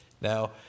Now